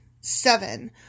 Seven